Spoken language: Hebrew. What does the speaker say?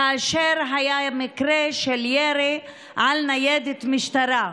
כאשר היה ירי על ניידת משטרה.